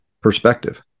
perspective